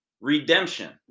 Redemption